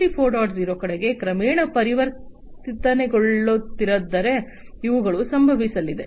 0 ಕಡೆಗೆ ಕ್ರಮೇಣ ಪರಿವರ್ತನೆಗೊಳ್ಳುತ್ತಿದ್ದರೆ ಇವುಗಳು ಸಂಭವಿಸಲಿವೆ